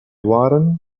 warren